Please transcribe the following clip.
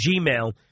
gmail